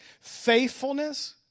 faithfulness